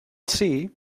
see